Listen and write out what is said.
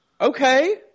Okay